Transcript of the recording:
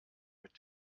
mit